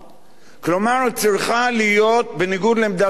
כלומר, היא צריכה להיות בניגוד לעמדת סיעתו,